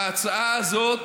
ההצעה הזאת